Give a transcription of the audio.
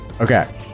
Okay